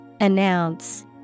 Announce